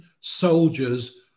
soldiers